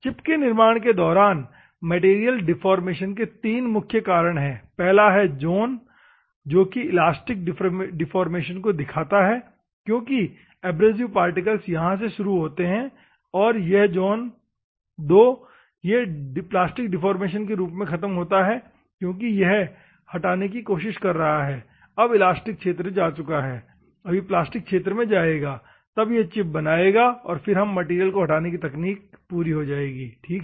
chip के निर्माण के दौरान मैटेरियल डेफोर्मेशन के तीन मुख्य चरण है पहला है जोन I जो की इलास्टिक डिफॉर्मेशनको दिखाता है क्योंकि एब्रेसिव पार्टिकल्स यहां से शुरू होते हैं और यह जॉन II यह प्लास्टिक डिफॉर्मेशन के रूप में ख़त्म होता है क्योंकि यह हटाने की कोशिश कर रहा है अब इलास्टिक क्षेत्र जा चुका है अभी प्लास्टिक क्षेत्र में जाएगा तब यह चिप बनाएगा और फिर हमारे मैटेरियल को हटाने की तकनीक पूरी हो जाएगी ठीक है